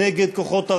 לא נביא את כולה הנה,